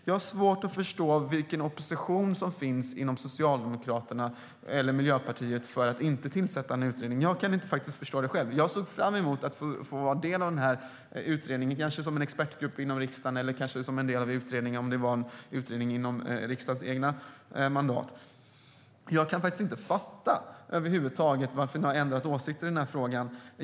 Det är svårt att förstå vad det finns för opposition inom Socialdemokraterna eller Miljöpartiet för att inte tillsätta en utredning. Jag såg fram emot att få vara en del av en expertgrupp eller som en del av en utredning inom riksdagens eget mandat och kan över huvud taget inte fatta varför ni har ändrat åsikt i den här frågan.